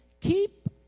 keep